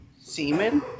Semen